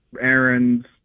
errands